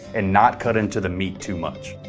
and not cut into the meat too much.